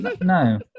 No